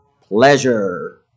pleasure